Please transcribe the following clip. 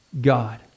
God